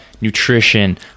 nutrition